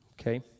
okay